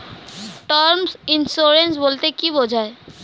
Term insurance বলতে কী বোঝায়?